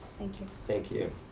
thank you. thank you.